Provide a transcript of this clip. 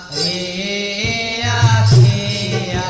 a a